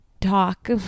talk